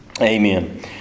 Amen